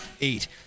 eight